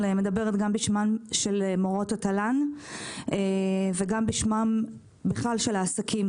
אני מדברת פה גם בשמן של מורות התל"ן וגם בשמם בכלל של העסקים.